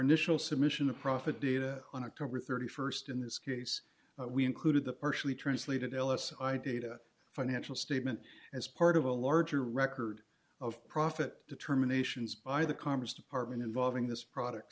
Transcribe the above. initial submission of profit data on october st in this case we included the partially translated l s i data financial statement as part of a larger record of profit determinations by the commerce department involving this product